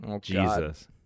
Jesus